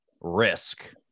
risk